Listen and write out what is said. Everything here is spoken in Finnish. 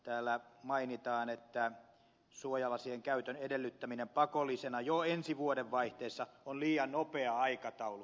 täällä mainitaan että suojalasien käytön edellyttäminen pakollisena jo ensi vuodenvaihteessa on liian nopea aikataulu